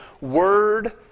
word